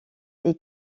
est